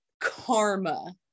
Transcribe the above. karma